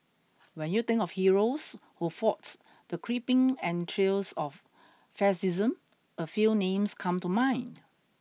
when you think of heroes who fought the creeping entrails of fascism a few names come to mind